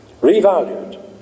revalued